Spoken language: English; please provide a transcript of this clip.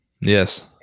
yes